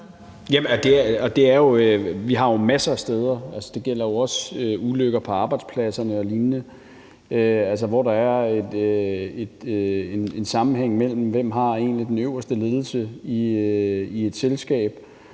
Vi har jo masser af steder – det gælder også ulykker på arbejdspladserne og lignende – hvor der er en sammenhæng mellem, hvem der egentlig har det øverste ledelsesansvar i et selskab,